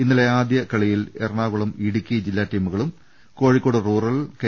ഇന്നലെ ആദ്യ കളിയിൽ എറണാകുളം ഇടുക്കി ജില്ലാ ടീമുകളും കോഴിക്കോട് റൂറൽ കെ